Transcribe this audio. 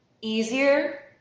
easier